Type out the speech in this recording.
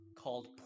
called